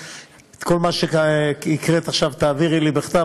את כל מה שהקראת עכשיו תעבירי לי בכתב,